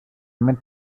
mid